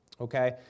Okay